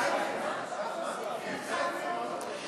הצעת חוק מס הכנסה (הגדלת נקודות זיכוי להורים)